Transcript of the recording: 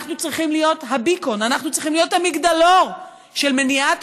אנחנו צריכים להיות ה-beacon, המגדלור של מניעת